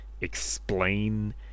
explain